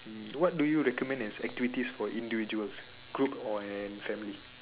um what do you recommend as activities for individuals group or and family